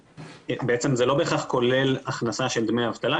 זה לא בהכרח כולל הכנסה של דמי אבטלה.